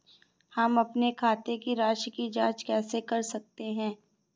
हम अपने खाते की राशि की जाँच कैसे कर सकते हैं?